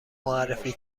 معرفی